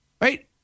right